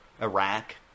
Iraq